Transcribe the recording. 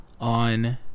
On